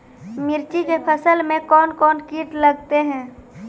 मिर्ची के फसल मे कौन कौन कीट लगते हैं?